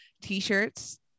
T-shirts